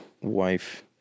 wife